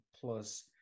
plus